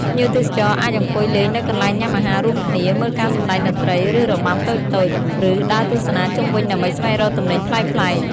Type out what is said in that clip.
ភ្ញៀវទេសចរអាចអង្គុយលេងនៅកន្លែងញ៉ាំអាហាររួមគ្នា មើលការសម្ដែងតន្ត្រី ឬរបាំតូចៗ ឬដើរទស្សនាជុំវិញដើម្បីស្វែងរកទំនិញប្លែកៗ។